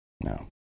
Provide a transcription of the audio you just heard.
No